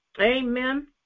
Amen